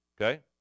okay